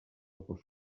pel